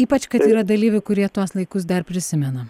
ypač kad yra dalyvių kurie tuos laikus dar prisimena